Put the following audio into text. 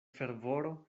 fervoro